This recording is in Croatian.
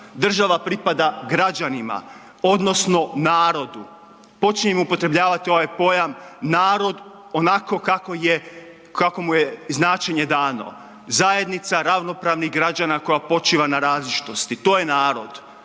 Država pripada građanima odnosno narodu. Počnimo upotrebljavati ovaj pojam narod onako kako mu je značenje dano, zajednica ravnopravnih građana koja počiva na različitosti, to je narod.